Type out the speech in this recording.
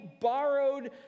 borrowed